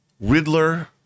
Riddler